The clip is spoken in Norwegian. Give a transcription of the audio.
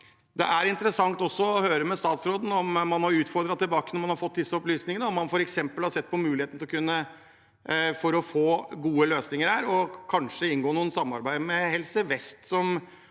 Det er også interessant å høre med statsråden om man har utfordret tilbake når man har fått disse opplysningene, om man f.eks. har sett på muligheten til å kunne få gode løsninger der, og kanskje inngå noe samarbeid med Helse vest,